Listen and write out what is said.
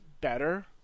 better